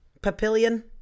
Papillion